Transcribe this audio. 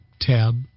tab